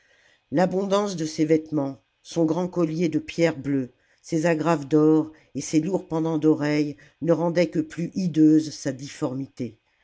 l'abondance de ses vêtements son grand collier de pierres bleues ses agrafes d'or et ses lourds pendants d'oreilles ne rendaient que plus hideuse sa difformité